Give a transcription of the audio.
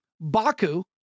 Baku